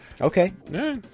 Okay